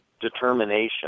Determination